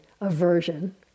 aversion